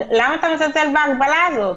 למה אתה מזלזל בהגבלה הזאת?